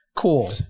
cool